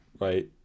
right